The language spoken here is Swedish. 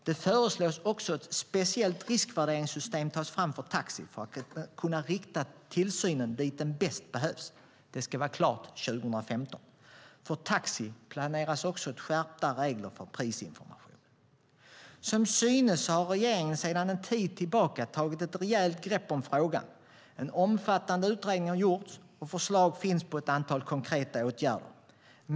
Det föreslås också att ett speciellt riskvärderingssystem tas fram för taxi för att kunna rikta tillsynen dit den bäst behövs. Det ska vara klart till 2015. För taxi planeras också skärpta regler för prisinformation. Som synes har regeringen sedan en tid tillbaka tagit ett rejält grepp om frågan. En omfattande utredning har gjorts, och förslag finns på ett antal konkreta åtgärder.